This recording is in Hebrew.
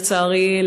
לצערי,